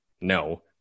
no